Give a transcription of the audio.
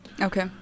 Okay